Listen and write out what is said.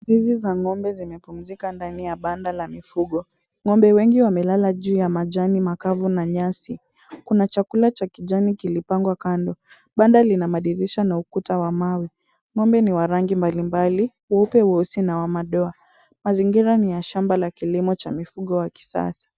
Zizi za ng'ombe zimepumzika ndani ya banda la mifugo. Ng'ombe wengi wamelala juu ya majani makavu na nyasi. Kuna chakula cha kijani kilipangwa kando. Banda lina madirisha na ukuta wa mawe. Ng'ombe ni warangi mbalimbali, weupe weusi na wa madoa. Mazingira ni ya shamba la kilimo cha mifugo wa kisasa.